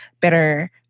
better